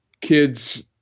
kids